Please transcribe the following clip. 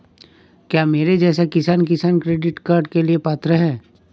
क्या मेरे जैसा किसान किसान क्रेडिट कार्ड के लिए पात्र है?